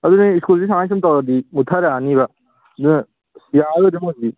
ꯑꯗꯨꯅꯦ ꯁ꯭ꯀꯨꯜꯁꯦ ꯁꯨꯃꯥꯏꯅ ꯁꯨꯝ ꯇꯧꯔꯗꯤ ꯃꯨꯊꯔꯛꯑꯅꯤꯕ ꯑꯗꯨꯅ ꯌꯥꯔꯔꯣꯏꯗ ꯃꯣꯏꯁꯤꯗꯤ